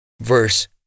verse